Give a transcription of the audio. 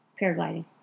paragliding